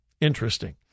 Interesting